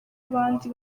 abandi